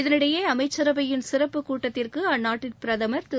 இதனிடையே அமைச்சரவையின் சிறப்புக் கூட்டத்திற்கு அந்நாட்டுப் பிரதமர் திரு